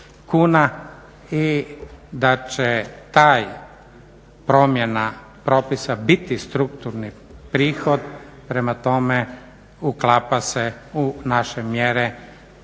i da će ta promjena propisa biti strukturni prihod, prema tome uklapa se u naše mjere